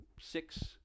six